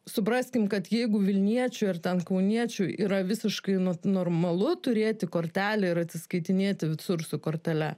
supraskim kad jeigu vilniečiui ar ten kauniečiui yra visiškai nut normalu turėti kortelę ir atsiskaitinėti vitsur su kortele